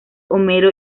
homero